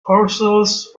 parcels